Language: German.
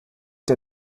der